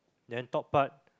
then top part